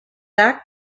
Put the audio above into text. act